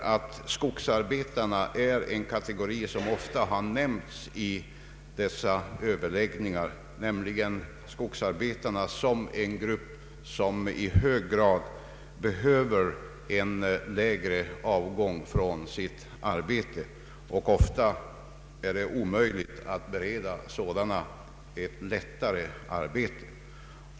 Skogsarbetarna har vid dessa överläggningar ofta nämnts såsom en grupp som i hög grad behöver en lägre avgångsålder från sitt arbete. Det är också ofta omöjligt att bereda sådana grupper ett lättare arbete.